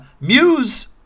Muse